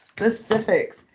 specifics